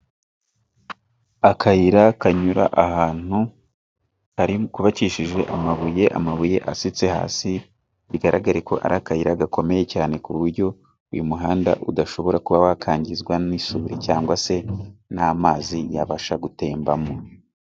Akayira kanyura ahantu kubakishije amabuye, amabuye asitse hasi bigaragareko ari akayira gakomeye cyane ku buryo uyu muhanda udashobora kuba wakwangizwa n'isuri, cyangwa se n'amazi yabasha gutembamo.